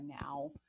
now